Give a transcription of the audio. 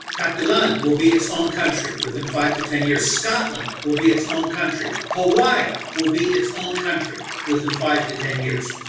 catalan will be it's own country within five to ten years. scotland will be it's own country. hawaii will be it's own country within five to ten years.